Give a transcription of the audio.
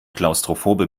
klaustrophobe